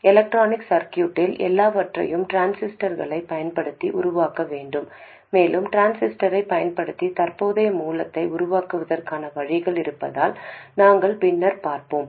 electronic சர்க்யூட்டில் எல்லாவற்றையும் டிரான்சிஸ்டர்களைப் பயன்படுத்தி உருவாக்க வேண்டும் மேலும் டிரான்சிஸ்டரைப் பயன்படுத்தி தற்போதைய மூலத்தை உருவாக்குவதற்கான வழிகள் இருப்பதால் நாங்கள் பின்னர் பார்ப்போம்